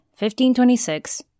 1526